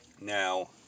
Now